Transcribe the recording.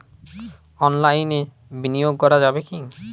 অনলাইনে বিনিয়োগ করা যাবে কি?